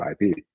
IP